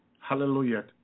Hallelujah